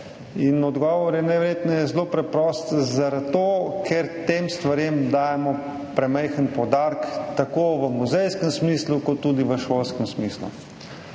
Odgovor je najverjetneje zelo preprost: zato ker tem stvarem dajemo premajhen poudarek tako v muzejskem smislu kot tudi v šolskem smislu.